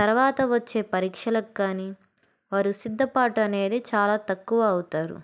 తర్వాత వచ్చే పరీక్షలకు కానీ వారు సిద్ధపాటు అనేది చాలా తక్కువ అవుతారు